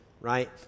right